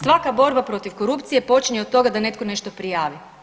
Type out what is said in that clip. Svaka borba protiv korupcije počinje od toga da netko nešto prijavi.